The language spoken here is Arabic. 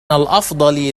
الأفضل